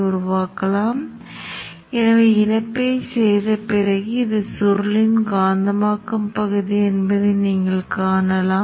இரண்டாம் பக்கத்தில் நம்மிடம் டையோடு D1 மற்றும் D2 மற்றும் L C மற்றும் வெளியீடு பக்கத்தில் பக் மாற்றி டோபாலஜியை நீங்கள் அடையாளம் காணலாம்